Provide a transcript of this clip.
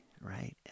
Right